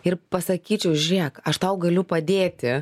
ir pasakyčiau žiūrėk aš tau galiu padėti